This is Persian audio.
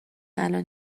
الان